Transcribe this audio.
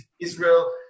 Israel